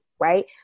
right